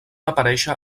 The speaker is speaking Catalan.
aparèixer